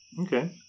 okay